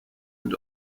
and